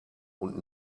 und